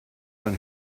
man